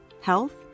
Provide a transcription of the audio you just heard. Health